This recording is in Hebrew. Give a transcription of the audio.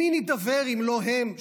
עם מי נידבר אם לא הם,